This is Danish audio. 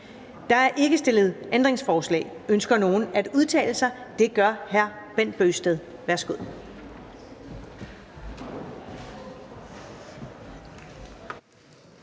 Der er ikke stillet ændringsforslag. Ønsker nogen at udtale sig? Det gør hr. Bent Bøgsted. Værsgo.